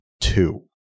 two